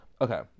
okay